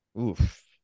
Oof